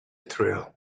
thrill